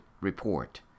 report